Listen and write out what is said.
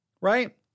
right